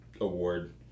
Award